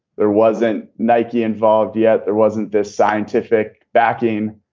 there wasn't nike involved yet. there wasn't this scientific backing.